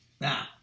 now